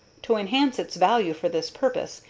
to enhance its value for this purpose,